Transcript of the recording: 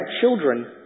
children